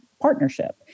partnership